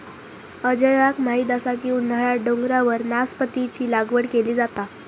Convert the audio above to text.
अजयाक माहीत असा की उन्हाळ्यात डोंगरावर नासपतीची लागवड केली जाता